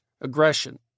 aggression